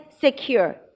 secure